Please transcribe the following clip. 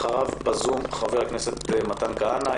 אחריו בזום חבר הכנסת מתן כהנא.